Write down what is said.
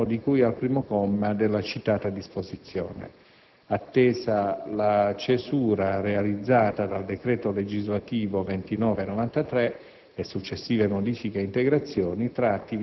esula sicuramente dalla «carica di Governo» di cui al 1° comma della citata disposizione, attesa la cesura realizzata dal decreto legislativo n.